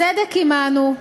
הצדק עמנו,